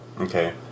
Okay